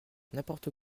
n’importe